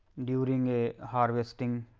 during a harvesting